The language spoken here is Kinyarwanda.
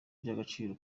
by’agaciro